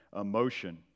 emotion